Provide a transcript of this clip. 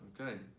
okay